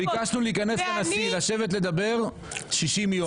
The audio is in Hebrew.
ביקשנו להיכנס לנשיא, לשבת ולדבר, אבל 60 יום.